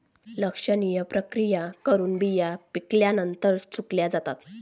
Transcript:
लक्षणीय प्रक्रिया करून बिया पिकल्यानंतर सुकवल्या जातात